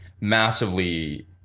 massively